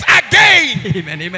again